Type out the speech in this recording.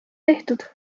tehtud